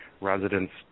residents